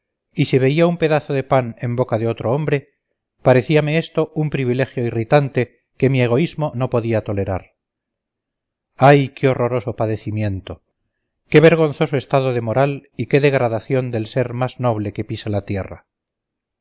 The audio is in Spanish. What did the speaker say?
y si veía un pedazo de pan en boca de otro hombre parecíame esto un privilegio irritante que mi egoísmo no podía tolerar ay qué horroroso padecimiento qué vergonzoso estado de moral y qué degradación del ser más noble que pisa la tierra